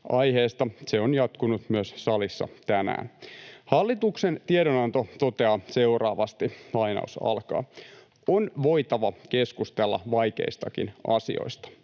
aiheesta. Se on jatkunut myös salissa tänään. Hallituksen tiedonanto toteaa seuraavasti: ”On voitava keskustella vaikeistakin asioista.